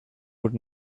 would